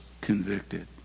convicted